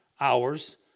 hours